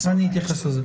אני אתייחס לזה.